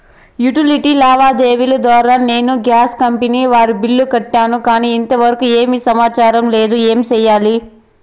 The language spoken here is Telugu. యుటిలిటీ లావాదేవీల ద్వారా నేను గ్యాస్ కంపెని వారి బిల్లు కట్టాను కానీ ఇంతవరకు ఏమి సమాచారం లేదు, ఏమి సెయ్యాలి?